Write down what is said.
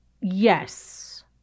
Yes